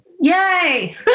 Yay